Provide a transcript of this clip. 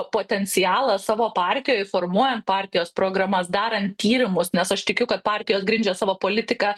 potencialą savo partijoj formuojant partijos programas darant tyrimus nes aš tikiu kad partijos grindžia savo politiką